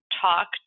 talk